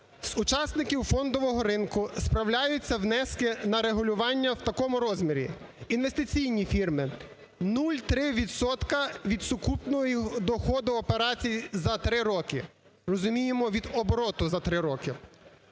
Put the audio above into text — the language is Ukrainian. З учасників фондового ринку справляються внески на регулювання в такому розмірі: інвестиційні фірми – 0,3 відсотка від сукупного доходу операцій за 3 роки, розуміємо від обороту за 3 роки;